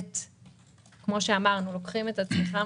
כפי שאמרנו: לוקחים את הצמיחה,